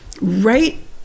right